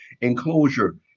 enclosure